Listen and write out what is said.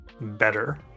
better